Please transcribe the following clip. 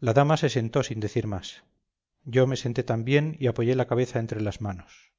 la dama se sentó sin decir más yo me senté también y apoyé la cabeza entre las manos